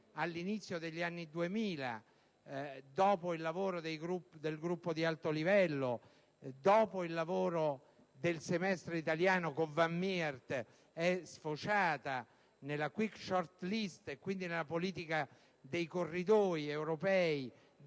all'inizio degli anni Duemila, dopo il lavoro del gruppo di alto livello e dopo il lavoro del semestre italiano con Van Miert, è sfociata nella *quick short list* e quindi nel sistema dei corridoi europei,